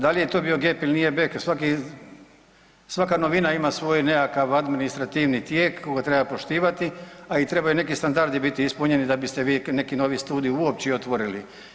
Da li je to bio gep ili nije bek, svaki, svaka novina ima svoj nekakav administrativni tijek koga treba poštivati, a i trebaju i neki standardi biti ispunjeni da biste vi neki novi studij uopće i otvorili.